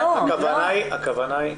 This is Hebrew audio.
הכוונה היא,